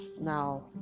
now